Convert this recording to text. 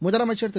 முதலமைச்சர் திரு